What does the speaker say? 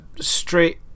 straight